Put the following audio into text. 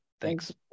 Thanks